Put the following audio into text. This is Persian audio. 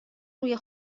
روی